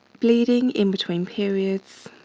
bleeding in between periods,